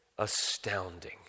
astounding